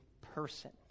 person